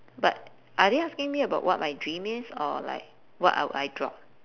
but are they asking me about what my dream is or like what I would I drop